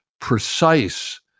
precise